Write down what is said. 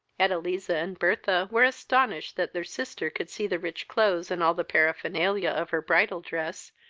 edeliza and bertha were astonished that their sister could see the rich clothes, and all the paraphernalia of her bridal dress,